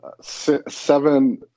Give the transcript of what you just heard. seven